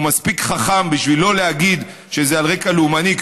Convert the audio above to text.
והוא מספיק חכם לא להגיד שזה על רקע לאומני,